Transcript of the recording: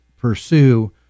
pursue